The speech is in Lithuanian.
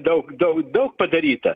daug daug daug padaryta